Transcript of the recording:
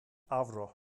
avro